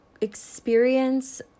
experience